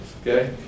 okay